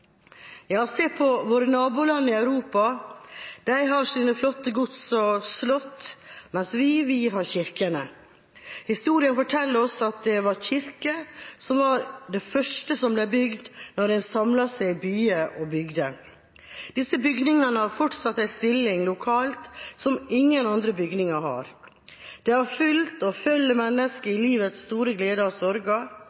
Ja, se på våre naboland i Europa. De har sine flotte gods og slott, mens vi har kirkene. Historien forteller oss at kirker var det første som ble bygd når en samlet seg i byer og bygder. Disse bygningene har fortsatt en stilling lokalt som ingen andre bygninger har. De har fulgt og følger mennesker i livets store gleder og sorger. De har også vært en del av